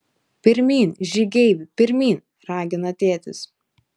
pirmyn žygeivi pirmyn ragina tėtis